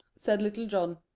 said little john,